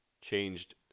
changed